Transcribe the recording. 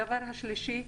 הדבר השלישי,